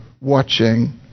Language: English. watching